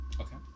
Okay